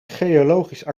geologisch